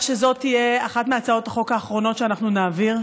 שזאת תהיה אחת מהצעות החוק האחרונות שנעביר,